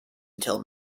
until